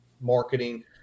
marketing